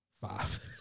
Five